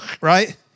right